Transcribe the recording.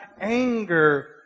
anger